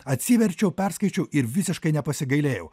atsiverčiau perskaičiau ir visiškai nepasigailėjau